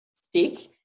stick